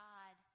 God